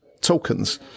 tokens